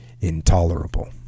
intolerable